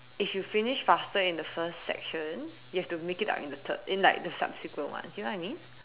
if you finish faster in the first section you have to make it up in the third in like the subsequent ones you know what I mean